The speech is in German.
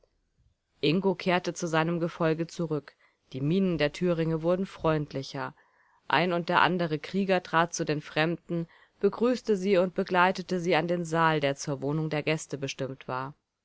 ingo kehrte zu seinem gefolge zurück die mienen der thüringe wurden freundlicher ein und der andere krieger trat zu den fremden begrüßte sie und begleitete sie an den saal der zur wohnung der gäste bestimmt war